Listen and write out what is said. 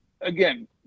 again